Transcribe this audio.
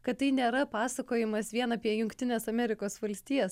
kad tai nėra pasakojimas vien apie jungtines amerikos valstijas